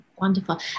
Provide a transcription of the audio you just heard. wonderful